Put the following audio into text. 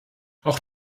auch